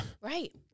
Right